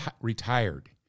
retired